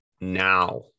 now